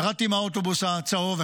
ירדתי מהאוטובוס הצהוב,